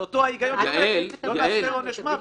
זה אותו היגיון שאומר: לא לאפשר עונש מוות.